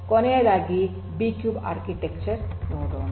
ಕೊನೆಯದಾಗಿ B cube architecture ನೋಡೋಣ